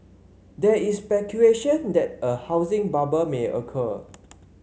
there is speculation that a housing bubble may occur